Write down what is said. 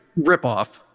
ripoff